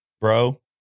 Bro